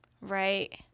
right